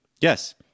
Yes